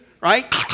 right